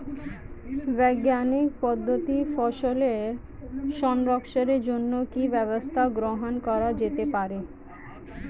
বৈজ্ঞানিক পদ্ধতিতে ফসল সংরক্ষণের জন্য কি ব্যবস্থা গ্রহণ করা যেতে পারে?